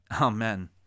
Amen